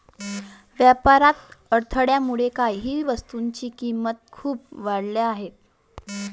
व्यापारातील अडथळ्यामुळे काही वस्तूंच्या किमती खूप वाढल्या आहेत